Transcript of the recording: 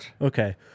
Okay